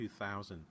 2000